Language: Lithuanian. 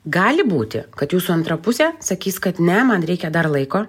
gali būti kad jūsų antra pusė sakys kad ne man reikia dar laiko